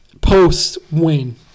post-win